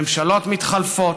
ממשלות מתחלפות,